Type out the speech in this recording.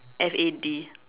F A D